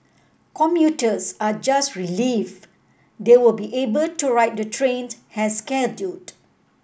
commuters are just relieved they will be able to ride the trains as scheduled